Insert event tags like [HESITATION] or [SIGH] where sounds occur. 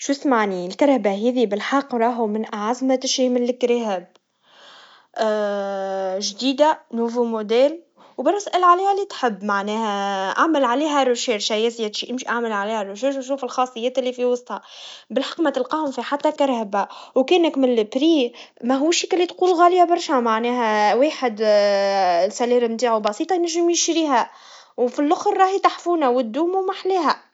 شو اسمعني, السيارا هذي بالحق راهو من أعز ما تشري من السيارات, [HESITATION] جديدا, موديل جديد, وبرا اسأل عليها اللي تحب, معناها أعمل عليها بحث, أمشي اعمل عليها بحث, شوف الخاصيات اللي في وسطها, بالحق ما تلقاهو في حتى سيارا, وكانك من اللبري, ماهوش كان تقول غاليا برشا, معناها واحد [HESITATION] سلاري متاعو بسيطا ننجم يشتريها, وفالآخر هي تحفونا وتدوم ومحلاها.